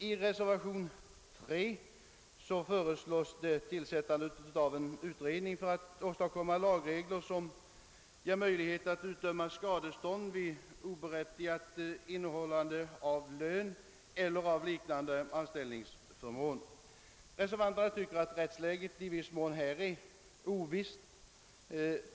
I reservation nr 3 föreslås att en utredning tillsättes för att åstadkomma lagregler som ger möjligheter att utdöma skadestånd vid oberättigat innehållande av lön eller av liknande anställningsförmån. Reservanterna tycker att rättsläget i viss mån här är ovisst.